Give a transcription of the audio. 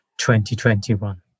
2021